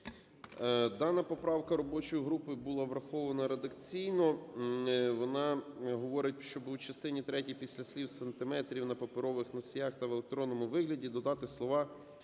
Дана поправка робочою групою була врахована редакційно. Вона говорить, що у частині третій після слів "сантиметрів на паперових носіях та в електронному вигляді" додати слова